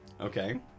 Okay